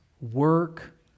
work